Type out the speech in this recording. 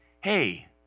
hey